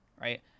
right